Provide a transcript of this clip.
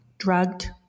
drugged